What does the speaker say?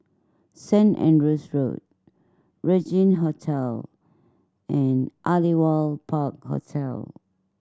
Saint Andrew's Road Regin Hotel and Aliwal Park Hotel